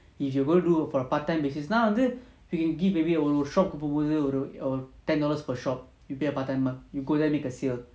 if you go do for a part time basis now வந்து:vandhu she can give maybe shop ku போகும்போது:pogumpothu oh ten dollars per shop you pay a part timer mah you go there make a sale